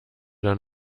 dann